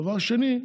דבר שני,